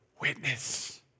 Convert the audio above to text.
witness